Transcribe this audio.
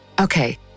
Okay